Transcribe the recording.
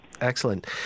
Excellent